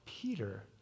Peter